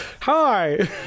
Hi